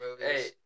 Hey